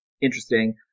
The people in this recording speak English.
interesting